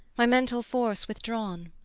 my mental force withdrawn